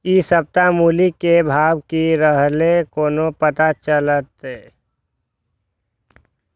इ सप्ताह मूली के भाव की रहले कोना पता चलते?